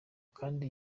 kandi